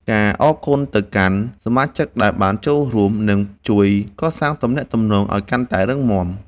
ការអរគុណទៅកាន់សមាជិកដែលបានចូលរួម នឹងជួយកសាងទំនាក់ទំនងឱ្យកាន់តែរឹងមាំ។